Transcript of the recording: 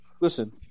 Listen